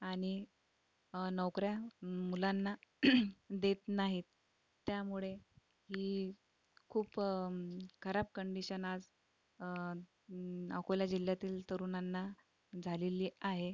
आणि नोकऱ्या मुलांना देत नाहीत त्यामुळेही खूप खराब कंडिशन आज अकोला जिल्ह्यातील तरुणांना झालेली आहे